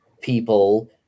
people